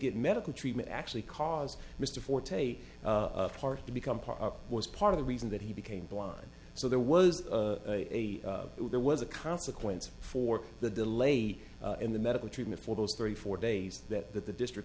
get medical treatment actually cause mr forte of heart to become part was part of the reason that he became blind so there was a there was a consequence for the delay in the medical treatment for those three four days that that the district